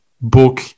book